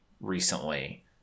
recently